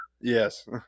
Yes